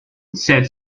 said